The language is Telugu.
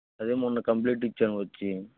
అదే మొన్న కంప్లయింట్ ఇచ్చాము వచ్చి